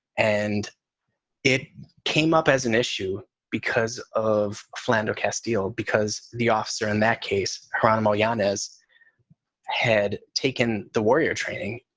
and it came up as an issue because of flandreau castiel, because the officer in that case, cranham ilyana, as had taken the warrior training.